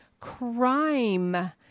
crime